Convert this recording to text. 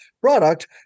product